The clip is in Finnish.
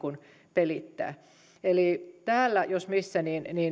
pelittää eli täällä jos missä